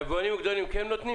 ליבואנים הגדולים כן נותנים?